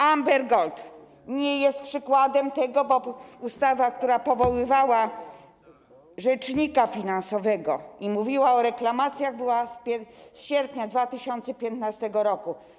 Amber Gold nie jest tego przykładem, bo ustawa, która powoływała rzecznika finansowego i mówiła o reklamacjach, była z sierpnia 2015 r.